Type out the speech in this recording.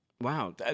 Wow